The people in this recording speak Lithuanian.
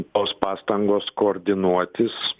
tos pastangos koordinuotis